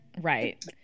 Right